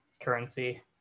currency